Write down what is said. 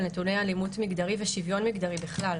נתוני אלימות מגדרי ושוויון מגדרי בכלל,